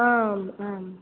आम् आम्